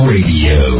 Radio